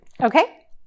Okay